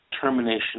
termination